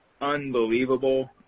unbelievable